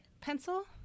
pencil